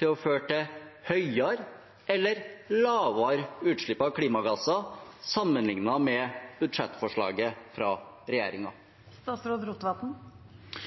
til å føre til høyere eller lavere utslipp av klimagasser, sammenlignet med budsjettforslaget fra